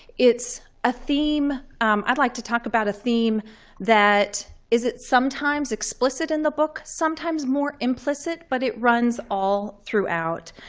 it's a theme i'd like to talk about a theme that isn't sometimes explicit in the book, sometimes more implicit. but it runs all throughout.